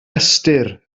ystyr